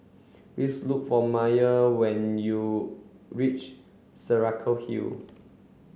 please look for Meyer when you reach Saraca Hill